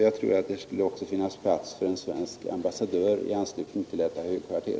Jag tror att det skulle finnas plats för en svensk ambassadör i anslutning till detta högkvarter.